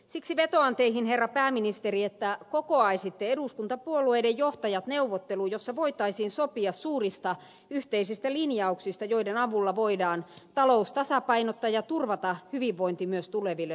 siksi vetoan teihin herra pääministeri että kokoaisitte eduskuntapuolueiden johtajat neuvotteluun jossa voitaisiin sopia suurista yhteisistä linjauksista joiden avulla voidaan talous tasapainottaa ja turvata hyvinvointi myös tuleville sukupolville